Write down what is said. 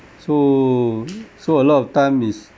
so so a lot of time it's